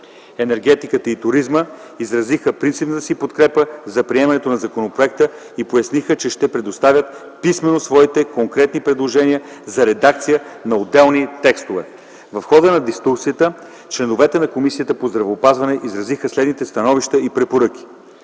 енергетиката и туризма изразиха принципната си подкрепа за приемането на законопроекта и поясниха, че ще предоставят писмено своите конкретни предложения за редакция на отделни текстове. В хода на дискусията, членовете на Комисията по здравеопазването изразиха следните становища и препоръки: